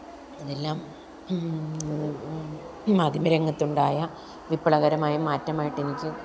എല്ലാം മാധ്യമ രംഗത്തുണ്ടായ വിപ്ലവകരമായ മാറ്റമായിട്ടെനിക്ക്